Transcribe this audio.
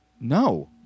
No